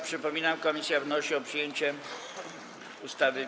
Przypominam, że komisja wnosi o przyjęcie ustawy.